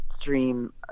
stream